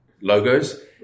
logos